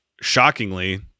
shockingly